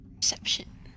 Perception